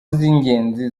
z’ingenzi